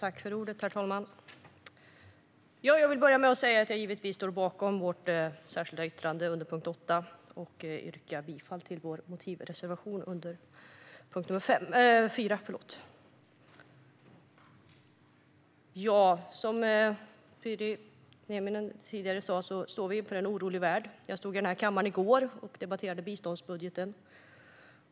Herr talman! Jag vill börja med att säga att jag står bakom vårt särskilda yttrande och yrka bifall till vår motivreservation. Som Pyry Niemi sa lever vi i en orolig värld. Jag stod här i kammaren i går och debatterade biståndsbudgeten.